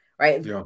right